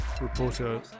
Reporter